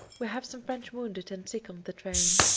we have some french wounded and sick on the train.